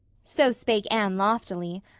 so spake anne loftily,